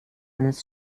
eines